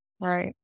Right